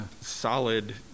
solid